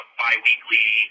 bi-weekly